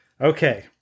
Okay